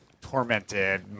tormented